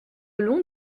long